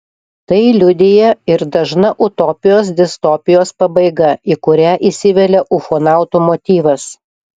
tai liudija ir dažna utopijos distopijos pabaiga į kurią įsivelia ufonautų motyvas